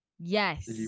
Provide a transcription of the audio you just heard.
Yes